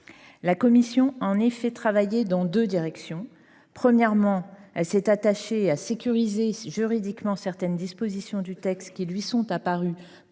Celle ci a en effet travaillé dans deux directions. Premièrement, la commission s’est attachée à sécuriser juridiquement certaines dispositions du texte qui lui sont apparues